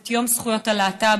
את יום זכויות הלהט"ב,